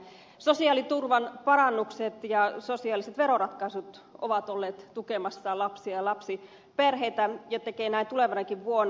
sosiaaliturvan parannukset ja sosiaaliset veroratkaisut ovat olleet tukemassa lapsia ja lapsiperheitä ja tekevät näin tulevanakin vuonna